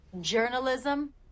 journalism